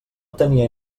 tenia